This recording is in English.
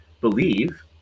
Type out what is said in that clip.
believe